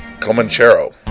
comanchero